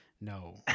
no